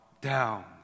down